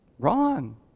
wrong